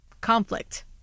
conflict